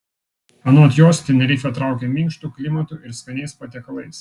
anot jos tenerifė traukia minkštu klimatu ir skaniais patiekalais